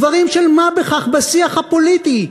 דברים של מה בכך בשיח הפוליטי.